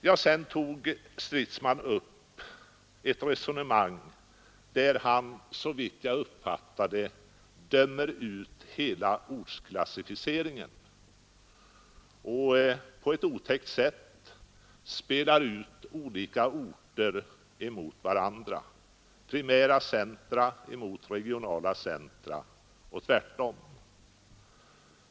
Herr Stridsman tog upp ett resonemang där han såvitt jag uppfattade dömde ut hela ortsklassificeringen och på ett otäckt sätt spelade ut olika orter mot varandra — primära centra mot regionala centra och tvärtom.